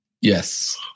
Yes